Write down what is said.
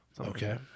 Okay